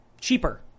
cheaper